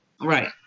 Right